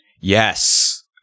Yes